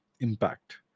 impact